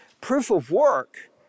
Proof-of-work